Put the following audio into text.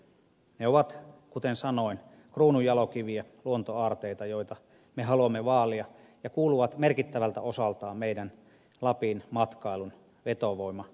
ne ovat kuten sanoin kruununjalokiviä luontoaarteita joita me haluamme vaalia ja ne kuuluvat merkittävältä osaltaan lapin matkailun vetovoimatekijöihin